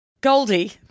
Goldie